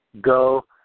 Go